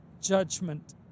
judgment